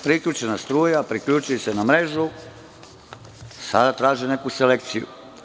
Priključena struja, priključili se na mrežu i sada traže neku selekciju.